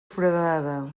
foradada